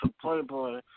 playboy